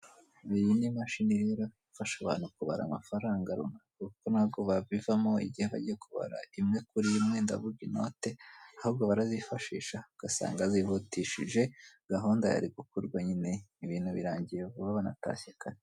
Iyi ni imashini rero ifasha abantu kubara amafaranga, kuko ntabwo babivamo igihe bagiye kubara imwe kuri imwe ndavuga inote, ahubwo barazifashisha, ugasanga zihutishije gahunda yari gukorwa nyine ibintu birangiye vuba, banatashye kare.